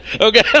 Okay